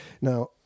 now